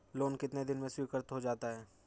Loan कितने दिन में स्वीकृत हो जाता है?